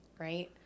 right